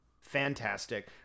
Fantastic